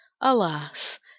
Alas